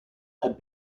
had